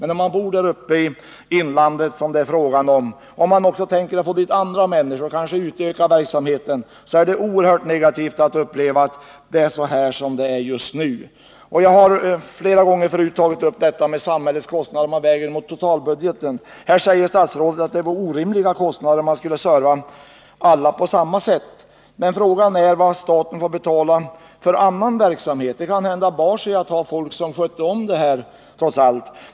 Men för dem som bor där uppe i inlandet, som det är fråga om, och som kanske hoppas få dit andra människor och utöka verksamheten i kommunen, är det oerhört negativt att uppleva de förhållanden som just nu råder. Jag har flera gånger förut tagit upp frågan om storleken av ett samhälles kostnader vägda mot totalbudgeten. Här säger nu statsrådet att det skulle kunna leda till orimliga kostnader att betjäna alla på samma sätt, men frågan är ju vad staten får betala för annan verksamhet — det kanske trots allt skulle bära sig att ha folk anställda som skötte om denna service.